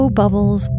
bubbles